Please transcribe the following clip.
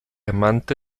amante